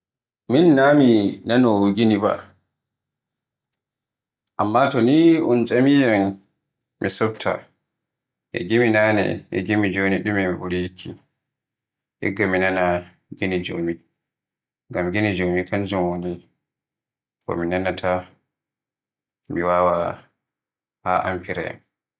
Min na mi naanowo gimi ba, amma toni un tcamiyam mi sufta e gimi name e gimi joni ɗume mi ɓuri yikki. Igga mi nana gimi joni. Ngam gimi joni kanjum woni ko minanaata, mi wawa haa amifirayam.